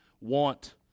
want